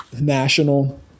national